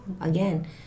again